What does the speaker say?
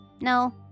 No